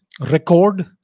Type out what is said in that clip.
record